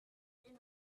that